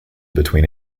between